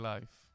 Life